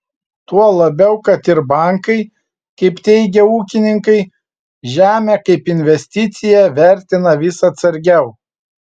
tuo labiau kad ir bankai kaip teigia ūkininkai žemę kaip investiciją vertina vis atsargiau